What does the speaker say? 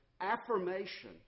affirmation